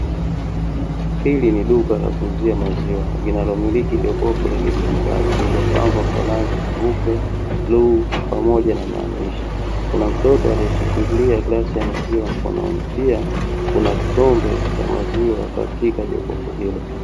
Hili ni duka la kuuzia maziwa linalomiliki jokofu la kidijitali lililopangwa kwa rangi: nyeupe, bluu, pamoja na maandishi. Kuna mtoto aliyeshikilia glasi ya maziwa mkononi, pia kuna kikombe cha maziwa katika jokofu hilo.